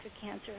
cancer